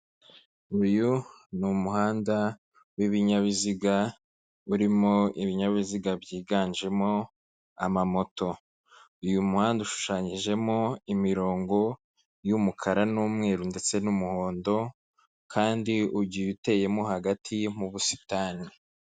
Uyu ni umuhanda w'ibinyabiziga, urimo ibinyabiziga byiganjemo amamoto. Uyu muhanda ushushanyijemo imirongo y'umukara n'umweru ndetse n'umuhondo kandi ugiye uteyemo hagati mu busitani.